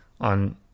on